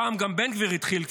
הפעם גם בן גביר התחיל כבר,